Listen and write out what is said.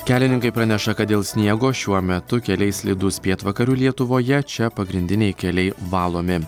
kelininkai praneša kad dėl sniego šiuo metu keliai slidūs pietvakarių lietuvoje čia pagrindiniai keliai valomi